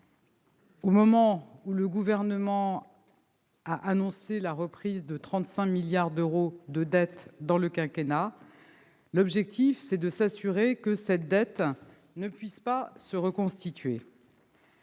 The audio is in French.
Au moment où le Gouvernement a annoncé la reprise de 35 milliards d'euros de la dette au cours du quinquennat, il convient de s'assurer que cette dette ne puisse pas se reconstituer.